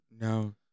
No